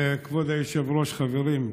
כבוד היושב-ראש, חברים,